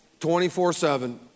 24-7